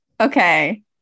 okay